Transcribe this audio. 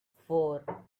four